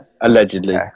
allegedly